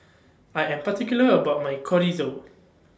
I Am particular about My Chorizo